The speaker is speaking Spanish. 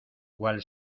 cual